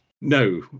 No